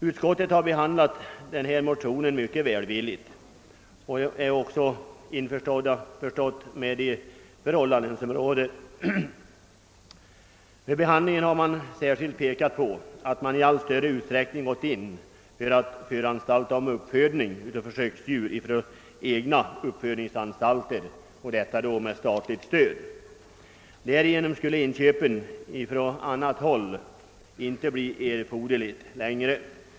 Utskottet har behandlat denna motion mycket välvilligt och är också införstått med rådande förhållanden. Vid behandlingen har det särskilt pekats på att man i allt större utsträckning gått in på att föranstalta om uppfödning av försöksdjur från egna uppfödningsanstalter med statligt stöd. Därigenom skulle inköpen från annat håll inte längre bli erforderliga.